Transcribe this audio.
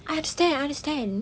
I understand I understand